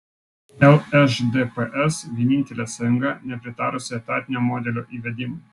lšdps vienintelė sąjunga nepritarusi etatinio modelio įvedimui